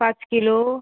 पांच किलो